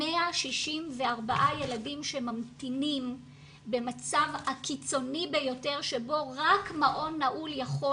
164 ילדים שממתינים במצב הקיצוני ביותר שבו רק מעון נעול יכול